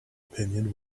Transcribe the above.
opinion